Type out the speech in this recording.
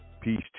peace